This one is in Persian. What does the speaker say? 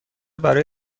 برای